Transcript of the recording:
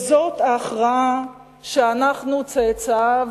זאת ההכרעה שאנחנו, צאצאיו,